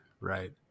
right